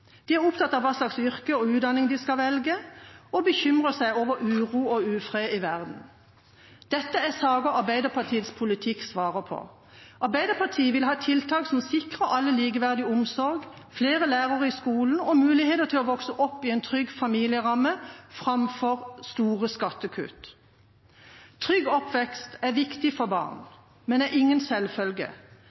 De er opptatt av hva slags yrke og utdanning de skal velge, og bekymrer seg over uro og ufred i verden. Dette er saker Arbeiderpartiets politikk svarer på. Arbeiderpartiet vil ha tiltak som sikrer alle likeverdig omsorg, flere lærere i skolen og muligheter til å vokse opp i en trygg familieramme, framfor store skattekutt. Trygg oppvekst er viktig for barn, men det er ingen selvfølge.